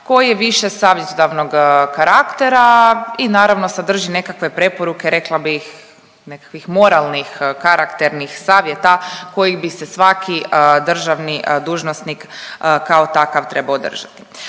koji je više savjetodavnog karaktera i naravno sadrži nekakve preporuke rekla bih nekakvih moralnih, karakternih savjeta kojih bi se svaki državni dužnosnik kao takav trebao držati.